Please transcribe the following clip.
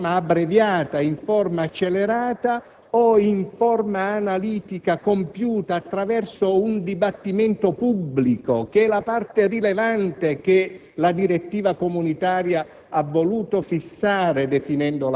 può esprimersi in forma abbreviata, accelerata o in forma analitica, compiuta attraverso un dibattimento pubblico, che è la parte rilevante che la direttiva comunitaria